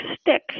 stick